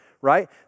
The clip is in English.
right